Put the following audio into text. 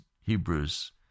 Hebrews